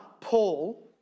Paul